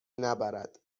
نبرد